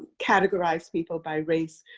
categorize people by race,